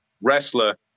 wrestler